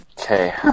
Okay